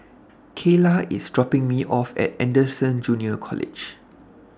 Kaela IS dropping Me off At Anderson Junior College